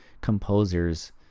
composers